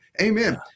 Amen